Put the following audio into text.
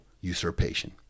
usurpation